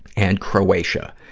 and croatia.